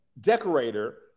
decorator